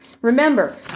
Remember